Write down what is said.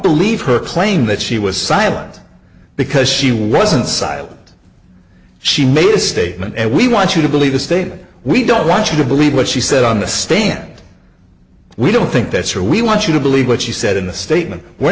believe her claim that she was silent because she wasn't silent she made a statement and we want you to believe the statement we don't want you to believe what she said on the stand we don't think that's her we want you to believe what she said in the statement we're